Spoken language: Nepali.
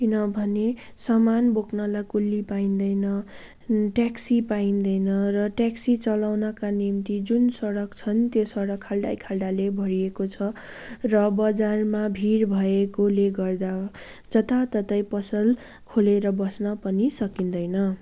किनभने सामान बोक्नलाई कुल्ली पाइँदैन ट्याक्सी पाइँदैन र ट्याक्सी चलाउनका निम्ति जुन सडक छन् त्यो सडक खाल्डै खाल्डाले भरिएको छ र बजारमा भिड भएकोले गर्दा जताततै पसल खोलेर बस्न पनि सकिँदैन